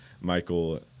Michael